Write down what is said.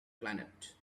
planet